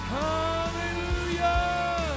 hallelujah